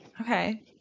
Okay